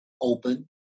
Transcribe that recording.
open